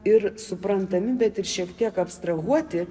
ir suprantami bet ir šiek tiek abstrahuoti